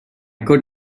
could